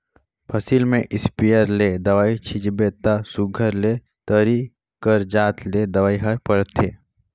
फसिल में इस्पेयर ले दवई छींचबे ता सुग्घर ले तरी कर जात ले दवई हर परथे